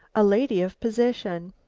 a lady of position.